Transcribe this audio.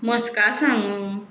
मस्कां सांगो